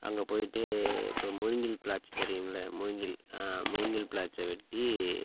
அங்கே போய்விட்டு இப்போ மூங்கில் பிளாட்ச் தெரியும்ல மூங்கில் மூங்கில் பிளாட்சை வெட்டி